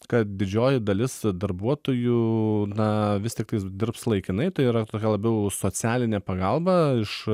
kad didžioji dalis darbuotojų na vis tiktais dirbs laikinai tai yra tokia labiau socialinė pagalba iš